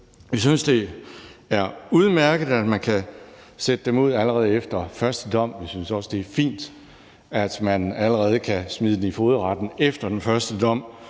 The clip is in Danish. Vi synes, det er udmærket, at man kan sætte dem ud allerede efter første dom. Vi synes også, det er fint, at man allerede kan smide dem i fogedretten efter den første dom,